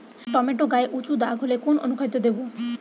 Tomato গায়ে উচু দাগ হলে কোন অনুখাদ্য দেবো?